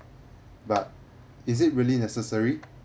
but is it really necessary